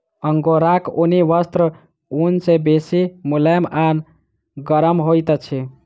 अंगोराक ऊनी वस्त्र ऊन सॅ बेसी मुलैम आ गरम होइत अछि